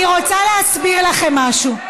אני רוצה להסביר לכם משהו.